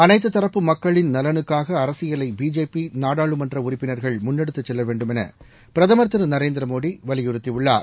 அனைத்து தரப்பு மக்களின் நலனுக்காள அரசியலை பிஜேபி நாடாளுமன்ற உறுப்பினர்கள் முன்னெடுத்துச் செல்லவேண்டுமௌ பிரதமர் திரு நரேந்திர மோடி வலியுறுத்தியுள்ளார்